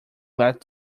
glad